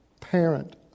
parent